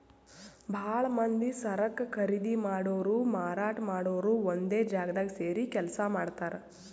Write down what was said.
ಭಾಳ್ ಮಂದಿ ಸರಕ್ ಖರೀದಿ ಮಾಡೋರು ಮಾರಾಟ್ ಮಾಡೋರು ಒಂದೇ ಜಾಗ್ದಾಗ್ ಸೇರಿ ಕೆಲ್ಸ ಮಾಡ್ತಾರ್